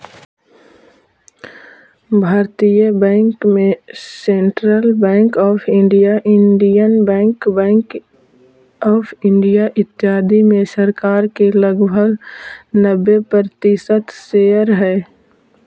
भारतीय बैंक में central bank of India, Indian bank, bank of India, इत्यादि में सरकार के लगभग नब्बे प्रतिशत शेयर हइ